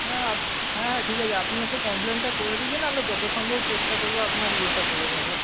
হ্যাঁ হ্যাঁ ঠিক আছে আপনি এসে কমপ্লেনটা করে দিয়ে যান আমরা যত সম্ভব চেষ্টা করবো আপনার ইয়েটা করে দেবার